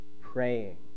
praying